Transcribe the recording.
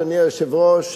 אדוני היושב-ראש,